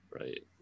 Right